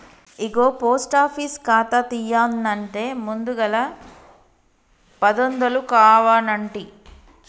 ఇగో post office ఖాతా తీయన్నంటే ముందుగల పదొందలు కావనంటి